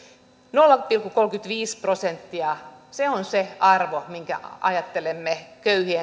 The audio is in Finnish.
nolla pilkku kolmekymmentäviisi prosenttia se on se arvo minkä ajattelemme